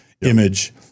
image